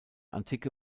antike